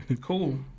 Cool